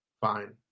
fine